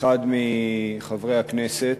אחד מחברי הכנסת.